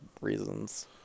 reasons